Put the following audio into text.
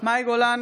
מאי גולן,